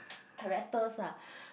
characters lah